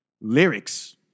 lyrics